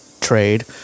trade